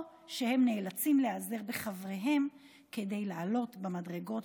או שהם נאלצים להיעזר בחבריהם כדי לעלות במדרגות,